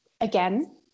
again